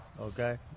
okay